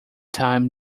time